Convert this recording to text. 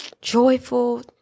joyful